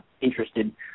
interested